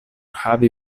havi